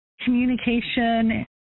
communication